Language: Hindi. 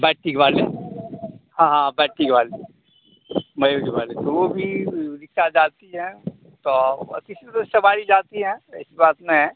बैठक वाले हाँ हाँ बैठक वाले मयूर वाले तो वह भी रिक्सा जाती हैं तो बस इसी से सवारी जाती हैं ऐसी बात नहीं है